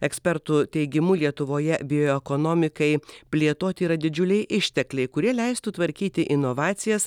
ekspertų teigimu lietuvoje bioekonomikai plėtoti yra didžiuliai ištekliai kurie leistų tvarkyti inovacijas